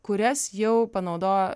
kurias jau panaudojo